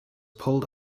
pulled